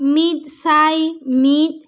ᱢᱤᱫ ᱥᱟᱭ ᱢᱤᱫ